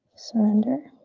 surrender.